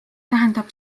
tähendab